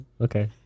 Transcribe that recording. okay